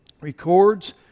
records